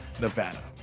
nevada